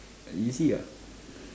easy ah